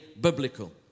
biblical